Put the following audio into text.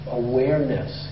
awareness